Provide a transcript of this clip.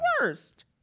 worst